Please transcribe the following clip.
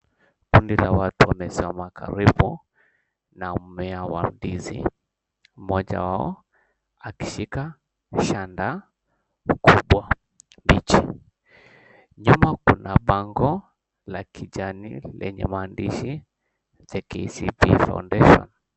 Kundi la watu wamesimama karibu na mmea wa ndizi. Mmoja wao akishika shanda mkubwa mbichi. Nyuma kuna bango la kijani lenye maandishi, "The KCB Foundation".